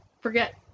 forget